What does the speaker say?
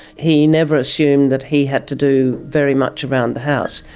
he never assumed that he had to do very much around the house.